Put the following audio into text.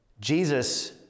Jesus